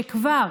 שכבר